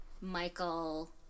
michael